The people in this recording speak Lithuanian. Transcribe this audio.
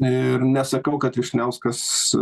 ir nesakau kad vyšniauskas